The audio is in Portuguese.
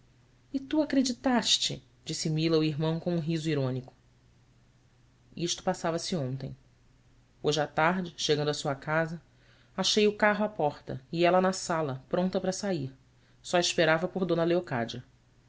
e tu acreditaste disse mila ao irmão com um riso irônico isto passava-se ontem hoje à tarde chegando à sua casa achei o carro à porta e ela na sala pronta para sair só esperava por d leocádia